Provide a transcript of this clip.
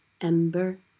ember